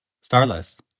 Starless